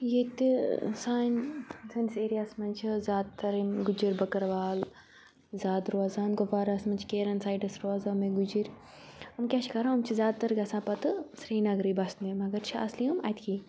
ییٚتہِ سانہِ سٲنِس ایریاہَس منٛز چھِ زیادٕ تَر یِم گُجِر بٔکٕروال زیادٕ روزان گُپوارہَس مَنٛز چھِ کیرَن سایڈَس روزان مےٚ گُجِرۍ یِم کیٛاہ چھِ کَران یِم چھِ زیادٕ تَر گژھان پَتہٕ سرینگرٕے بَسنہِ مگر چھِ اَصلی یِم اَتہِ کِنۍ